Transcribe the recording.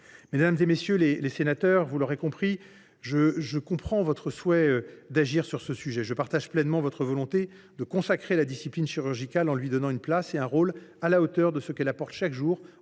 Mesdames, messieurs les sénateurs, je comprends votre souhait d’agir sur le sujet. Je partage pleinement votre volonté de consacrer la discipline chirurgicale en lui donnant une place et un rôle à la hauteur de ce qu’elle apporte chaque jour